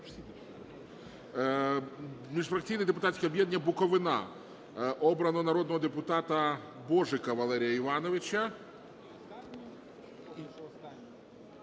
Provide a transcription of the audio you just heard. Міжфракційне депутатське об'єднання "Буковина". Обрано народного депутата Божика Валерія Івановича.